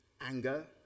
anger